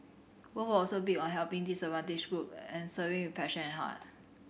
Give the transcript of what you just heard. both were also big on helping disadvantaged group and serving with passion and heart